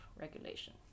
regulation